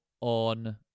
on